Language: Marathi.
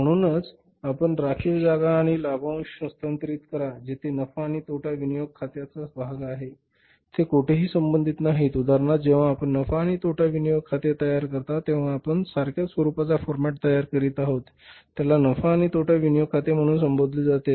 म्हणून आपण राखीव जागा आणि लाभांश हस्तांतरित करा जेथे नफा आणि तोटा विनियोग खात्यांचा भाग आहे ते कोठेही संबंधित नाहीत उदाहरणार्थ जेव्हा आपण नफा आणि तोटा विनियोग खाते तयार करता तेव्हा आपण सारख्याच स्वरुपाचा फॉरमॅट तयारी करीत आहोत त्याला नफा आणि तोटा विनियोग खाते म्हणून संबोधले जाते